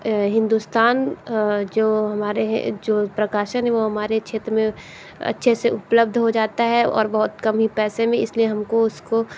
हिंदुस्तान जो हमारे हैं जो प्रकाशन है वह हमारे क्षेत्र में अच्छे से उपलब्ध हो जाता है और बहुत कम ही पैसे में इसलिए हमको उसको